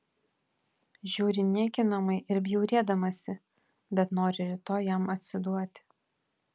žiūri niekinamai ir bjaurėdamasi bet nori rytoj jam atsiduoti